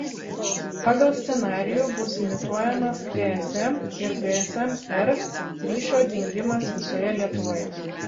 pagal scenarijų bus imituojamas gsm ir gsm r ryšio dingimas visoje lietuvoje